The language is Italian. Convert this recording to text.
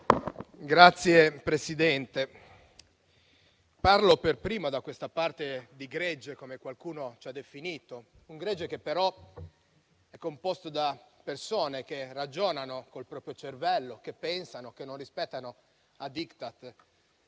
Signor Presidente, parlo per primo da questa parte del "gregge", come qualcuno ci ha definito; un gregge che, però, è composto da persone che ragionano col proprio cervello, che pensano e non rispettano *Diktat,*